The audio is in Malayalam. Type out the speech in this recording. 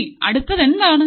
ഇനി അടുത്തത് എന്താണ്